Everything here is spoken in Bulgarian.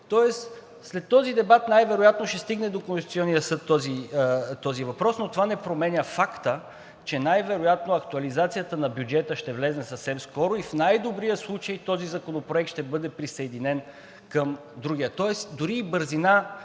След този дебат най-вероятно този въпрос ще стигне до Конституционния съд, но това не променя факта, че най-вероятно актуализацията на бюджета ще влезе съвсем скоро и в най-добрия случай този законопроект ще бъде присъединен към другия,